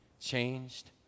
changed